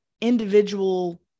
individual